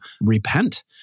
repent